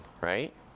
right